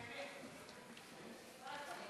עד חמש דקות